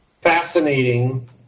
fascinating